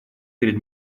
перед